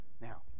Now